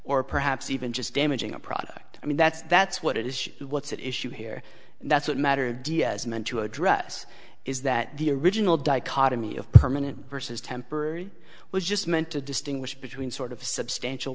or perhaps even just damaging a product i mean that's that's what it is what's at issue here and that's what matter dia is meant to address is that the original dichotomy of permanent versus temporary was just meant to distinguish between sort of a substantial